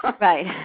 Right